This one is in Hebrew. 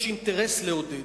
יש אינטרס לעודד.